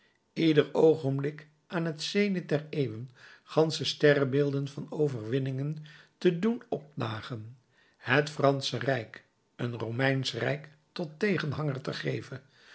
ieder oogenblik aan het zenith der eeuwen gansche sterrenbeelden van overwinningen te doen opdagen het fransche rijk een romeinsch rijk tot tegenhanger te geven